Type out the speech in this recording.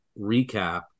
recap